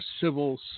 civil